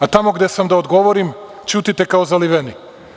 A tamo gde sam da vam odgovorim ćutite kao zaliveni.